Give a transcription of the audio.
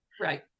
right